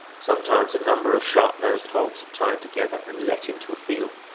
sometimes a number of sharp-nosed hogs are tied together and let into a field,